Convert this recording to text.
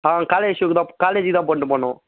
ஆ college ஷூக்கு தான் காலேஜிக்கு தான் போட்டுனு போகணும்